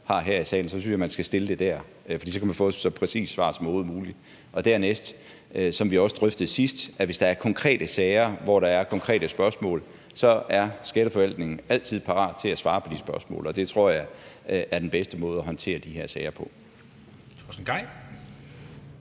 står her i salen, stiller man det til vedkommende, for så kan man få så præcis et svar som overhovedet muligt. Dernæst vil jeg sige, som vi også drøftede sidst, at hvis der er konkrete sager, hvor der er konkrete spørgsmål, så er skatteforvaltningen altid parat til at svare på de spørgsmål, og det tror jeg er den bedste måde at håndtere de her sager på.